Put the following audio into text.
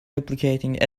replicating